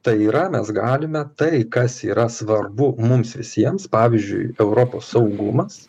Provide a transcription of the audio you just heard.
tai yra mes galime tai kas yra svarbu mums visiems pavyzdžiui europos saugumas